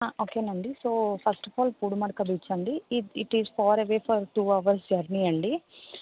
ఓకేనండి so first of all Pudimadaka beach అండి it is far away from two hour journey అండి